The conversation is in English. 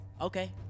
Okay